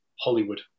Hollywood